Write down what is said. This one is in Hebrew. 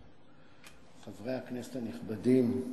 חברי הכנסת הנכבדים,